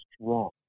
strong